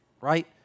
right